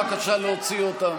בבקשה להוציא אותה.